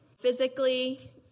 physically